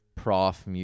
Prof